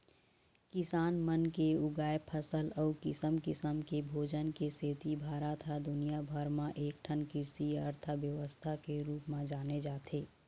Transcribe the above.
किसान मन के उगाए फसल अउ किसम किसम के भोजन के सेती भारत ह दुनिया भर म एकठन कृषि अर्थबेवस्था के रूप म जाने जाथे